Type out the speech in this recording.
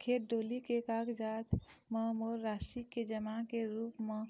खेत डोली के कागजात म मोर राशि के जमा के रूप म